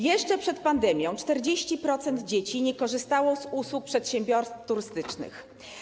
Jeszcze przed pandemią 40% dzieci nie korzystało z usług przedsiębiorstw turystycznych.